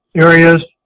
areas